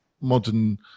modern